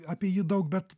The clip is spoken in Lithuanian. apie jį daug bet